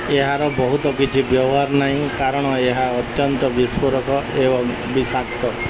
ଏହାର ବହୁତ କିଛି ବ୍ୟବହାର ନାହିଁ କାରଣ ଏହା ଅତ୍ୟନ୍ତ ବିସ୍ଫୋରକ ଏବଂ ବିଷାକ୍ତ